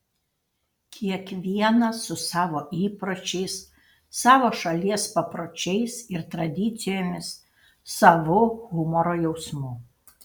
kiekvienas su savo įpročiais savo šalies papročiais ir tradicijomis savu humoro jausmu